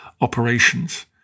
operations